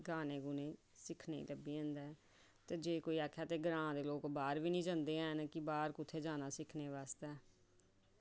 ते गाने गी सिक्खनै गी लब्भी जंदा ऐ ते जेकर लोग कोई बाह्र बी निं जंदे हैन कि बाह्र कुत्थै जाना सिक्खनै आस्तै